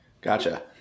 gotcha